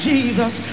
Jesus